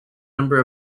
number